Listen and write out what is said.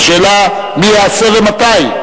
השאלה היא מי יעשה ומתי.